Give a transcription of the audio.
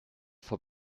for